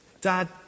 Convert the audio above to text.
Dad